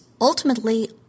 ultimately